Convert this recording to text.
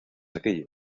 aquello